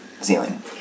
ceiling